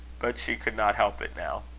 but she could not help it now.